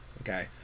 Okay